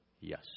yes